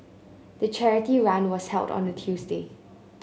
the charity run was held on a Tuesday